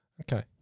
Okay